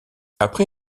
après